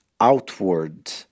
outward